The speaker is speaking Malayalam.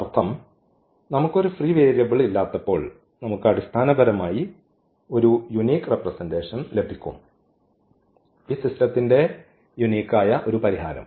അർത്ഥം നമുക്ക് ഒരു ഫ്രീ വേരിയബിൾ ഇല്ലാത്തപ്പോൾ നമുക്ക് അടിസ്ഥാനപരമായി ഒരു യൂണിക് റെപ്രെസെന്റഷൻ ലഭിക്കും ഈ സിസ്റ്റത്തിന്റെ യൂണിക് ആയ ഒരു പരിഹാരം